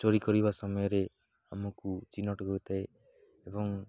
ଚୋରି କରିବା ସମୟରେ ଆମକୁ ଚିହ୍ନଟ କରିଥାଏ ଏବଂ